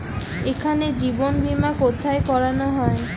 এখানে জীবন বীমা কোথায় করানো হয়?